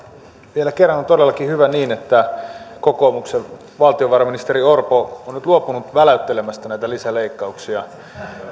vielä kerran on todellakin hyvä että kokoomuksen valtiovarainministeri orpo on nyt luopunut väläyttelemästä näitä lisäleikkauksia